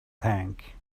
tank